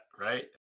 right